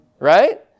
Right